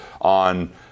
on